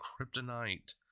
kryptonite